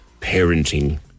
parenting